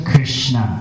Krishna